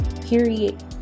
period